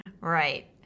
Right